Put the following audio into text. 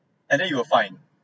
and then you were fined